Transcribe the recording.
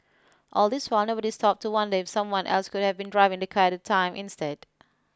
all this while nobody stopped to wonder if someone else could have been driving the car at the time instead